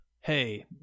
hey